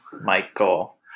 Michael